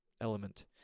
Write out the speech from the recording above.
element